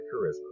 charisma